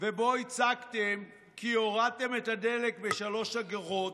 ובה הצגתם כי הורדתם את הדלק ב-3 אגורות,